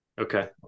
Okay